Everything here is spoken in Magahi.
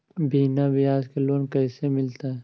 बिना ब्याज के लोन कैसे मिलतै?